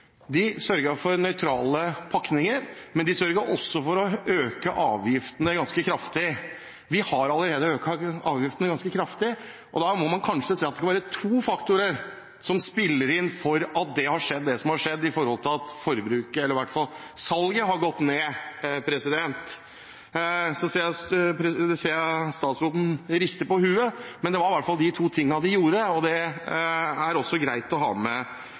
De sørget for nøytrale pakninger, men de sørget også for å øke avgiftene ganske kraftig. Vi har allerede økt avgiftene ganske kraftig. Da må man kanskje se at det kan være to faktorer som spiller inn med tanke på det som har skjedd, at salget har gått ned. Jeg ser at statsråden rister på hodet, men det var i hvert fall de to tingene de gjorde, og det er også greit å ha med